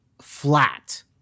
flat